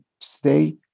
stay